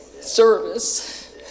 service